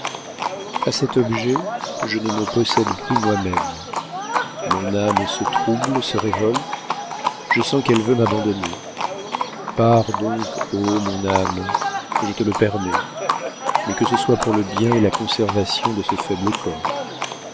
a cet objet je ne me possède plus moi-même mon âme se trouble se révolte je sens qu'elle veut m'abandonner pars donc ô mon âme je te le permets mais que ce soit pour le bien et la conservation de ce faible corps